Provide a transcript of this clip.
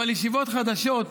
אבל ישיבות חדשות,